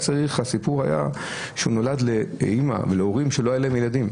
הסיפור היה שהוא נולד להורים שלא היה להם ילדים.